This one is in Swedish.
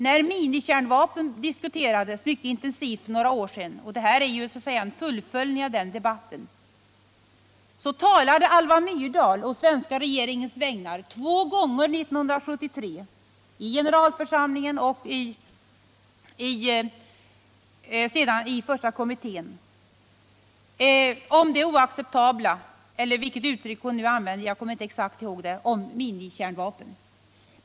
När minikärnvapnen diskuterades mycket intensivt för några år sedan — och det här är så att säga ett fullföljande av den debatten — talade Alva Myrdal å den svenska regeringens vägnar två gånger 1973, i generalförsamlingen och sedan i CCD i Geneve, om det oacceptabla — eller vilket uttryck hon nu använde, jag kommer inte exakt ihåg det — i minikärnvapnen.